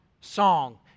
song